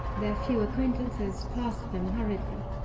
their few acquaintances passed them hurriedly.